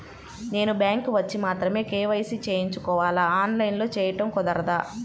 నేను బ్యాంక్ వచ్చి మాత్రమే కే.వై.సి చేయించుకోవాలా? ఆన్లైన్లో చేయటం కుదరదా?